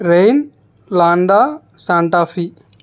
rain లాండా Santa Fe